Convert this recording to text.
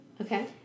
Okay